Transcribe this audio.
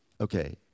okay